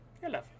Hello